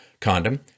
condom